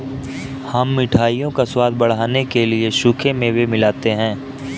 हम मिठाइयों का स्वाद बढ़ाने के लिए सूखे मेवे मिलाते हैं